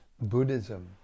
Buddhism